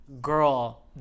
girl